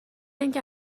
اینکه